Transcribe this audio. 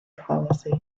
policy